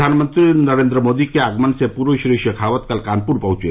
प्रधानमंत्री नरेंद्र मोदी के आगमन से पूर्व श्री शेखावत कल कानपुर पहुंचे